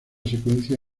secuencia